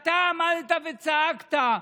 אתה עמדת וצעקת.